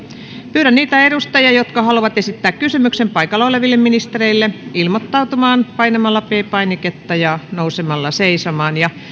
pyydän niitä edustajia jotka haluavat esittää kysymyksen paikalla oleville ministereille ilmoittautumaan painamalla p painiketta ja nousemalla seisomaan